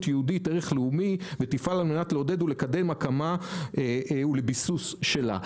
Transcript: יהודית ערך לאומי ותפעל על מנת לעודד ולקדם הקמה ולביסוס שלה".